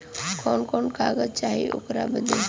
कवन कवन कागज चाही ओकर बदे?